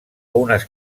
una